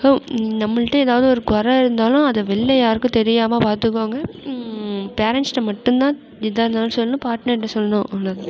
நம்மகிட்ட ஏதாவது ஒரு குறை இருந்தாலும் அதை வெளில யாருக்கும் தெரியாமல் பார்த்துக்கோங்க பேரென்ட்ஸ்கிட்ட மட்டும்தான் எதாக இருந்தாலும் சொல்லணும் பாட்னர்கிட்ட சொல்லணும் அவ்வளோதான்